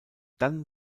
dann